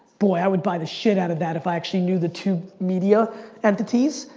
boy, i would buy the shit out of that if i actually knew the two media entities,